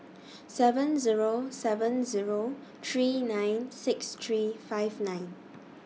seven Zero seven Zero three nine six three five nine